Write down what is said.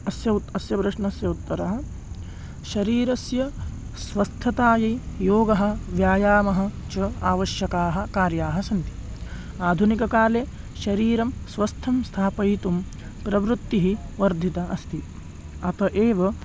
अस्य उत् अस्य प्रश्नस्य उत्तरं शरीरस्य स्वस्थतायै योगः व्यायामः च आवश्यकाः कार्याः सन्ति आधुनिककाले शरीरं स्वस्थं स्थापयितुं प्रवृत्तिः वर्धिता अस्ति अतः एव